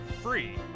free